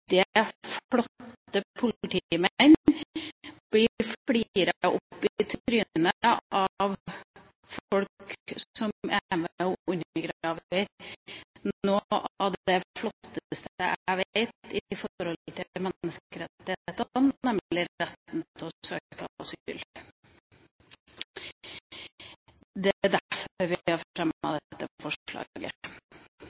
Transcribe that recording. flotte politimenn bli flirt opp i trynet av folk som er med på å undergrave noe av det flotteste jeg vet i forhold til menneskerettigheter, nemlig retten til å søke asyl. Det er derfor vi har